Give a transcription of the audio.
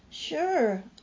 Sure